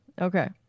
Okay